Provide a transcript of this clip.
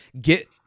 get